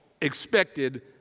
expected